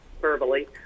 verbally